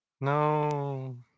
No